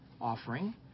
offering